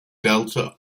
delta